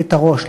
את הראש,